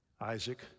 Isaac